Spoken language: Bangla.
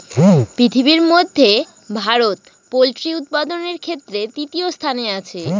পৃথিবীর মধ্যে ভারত পোল্ট্রি উৎপাদনের ক্ষেত্রে তৃতীয় স্থানে আছে